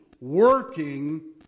working